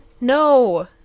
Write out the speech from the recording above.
No